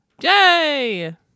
Yay